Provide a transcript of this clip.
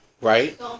right